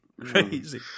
Crazy